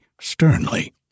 sternly